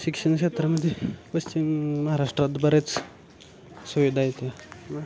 शिक्षण क्षेत्रामध्ये पश्चिम महाराष्ट्रात बऱ्याच सुविधा आहेत